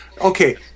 Okay